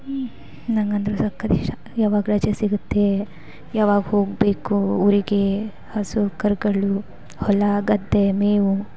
ಹ್ಞೂ ನಂಗಂದ್ರೆ ಸಕ್ಕತ್ತು ಇಷ್ಟ ಯಾವಾಗ ರಜೆ ಸಿಗುತ್ತೆ ಯಾವಾಗ ಹೋಗಬೇಕು ಊರಿಗೆ ಹಸು ಕರುಗಳು ಹೊಲ ಗದ್ದೆ ಮೇವು